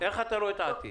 איך אתה רואה את העתיד?